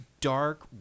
dark